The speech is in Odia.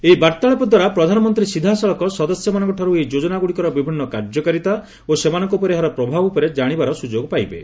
ଏହି ବାର୍ତ୍ତାଳାପଦ୍ୱାରା ପ୍ରଧାନମନ୍ତ୍ରୀ ସିଧାସଳଖ ସଦସ୍ୟମାନଙ୍କଠାରୁ ଏହି ଯୋଜନାଗୁଡ଼ିକର ବିଭିନ୍ନ କାର୍ଯ୍ୟକାରିତା ଓ ସେମାନଙ୍କ ଉପରେ ଏହାର ପ୍ରଭାବ ଉପରେ ଜାଶିବାର ସୁଯୋଗ ପାଇବେ